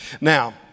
Now